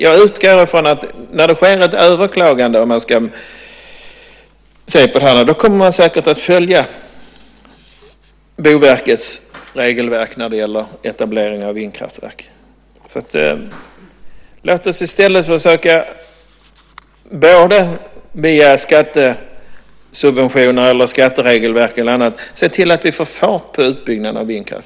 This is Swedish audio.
Jag utgår ifrån att man säkert kommer att följa Boverkets regelverk för etablering av vindkraftverk när det sker ett överklagande. Låt oss i stället försöka att via skattesubventioner, skatteregelverk och annat se till att vi får fart på utbyggnaden.